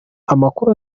amakuru